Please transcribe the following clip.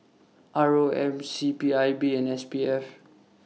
R O M C P I B and S P F